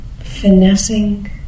finessing